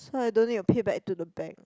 so I don't need to pay back to the bank